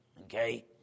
Okay